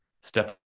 step